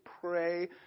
pray